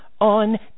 on